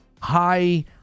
high